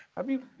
have you?